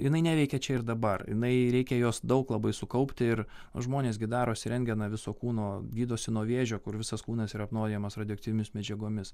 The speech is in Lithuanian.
jinai neveikia čia ir dabar jinai reikia jos daug labai sukaupti ir žmonės gi darosi rentgeną viso kūno gydosi nuo vėžio kur visas kūnas yra apnuodijamas radioaktyviomis medžiagomis